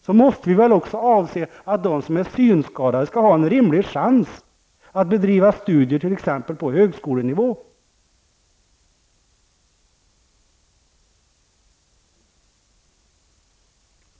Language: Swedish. Då måste väl även de som är synskadade ha en rimlig chans att bedriva studier på högskolenivå.